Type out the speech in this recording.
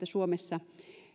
suomessa